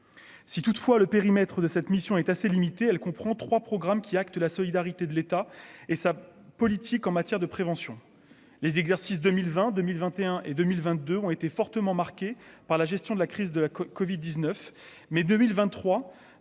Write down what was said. si toutefois le périmètre de cette mission est assez limitée, elle comprend 3 programmes qui acte la solidarité de l'État et sa politique en matière de prévention, les exercices 2020, 2021 et 2022 ont été fortement marquée par la gestion de la crise de la Covid 19 mai 2023